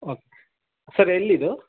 oak sir ಎಲ್ಲಿ ಇದು